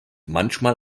manchmal